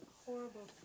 horrible